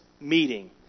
meeting